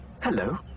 hello